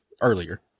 earlier